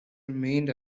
remained